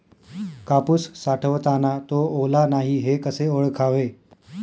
कापूस साठवताना तो ओला नाही हे कसे ओळखावे?